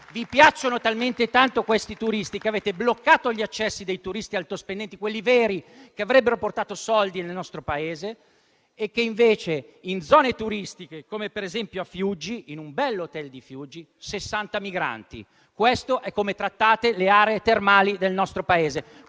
Vi piacciono talmente tanto, questi turisti, che avete bloccato gli accessi dei turisti altospendenti, quelli veri, che avrebbero portato soldi nel nostro Paese, e invece in zone turistiche, come ad esempio a Fiuggi (in un bell'hotel di Fiuggi), ci sono sessanta migranti. Questo è il modo in cui trattate le aree termali del nostro Paese.